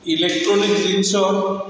electronic ଜିନିଷ